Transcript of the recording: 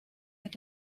mit